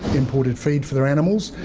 imported feed for their animals,